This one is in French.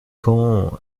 quand